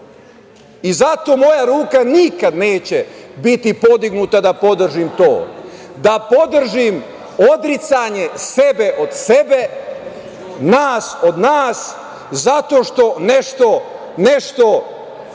moja ruka nikad neće biti podignuta da podržim to, da podržim odricanje sebe od sebe, nas od nas, zato što nešto sija,